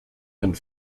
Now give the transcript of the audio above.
and